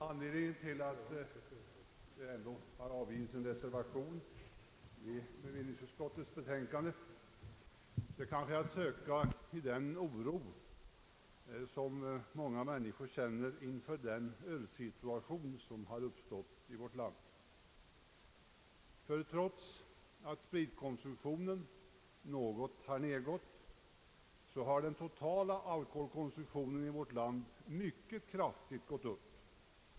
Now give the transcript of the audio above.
Anledningen till att det ändock har avgivits en reservation till bevillningsutskottets betänkande är kanske att söka 1 den oro som många människor känner inför den ölsituation som har uppstått i vårt land. Trots att spritkonsumtionen gått ned något har den totala alkoholkonsumtionen i vårt land ökat mycket kraftigt.